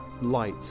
light